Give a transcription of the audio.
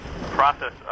process